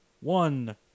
one